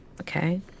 Okay